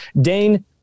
Dane